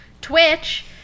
Twitch